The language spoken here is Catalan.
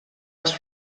les